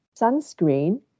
sunscreen